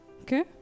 Okay